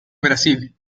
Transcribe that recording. brasil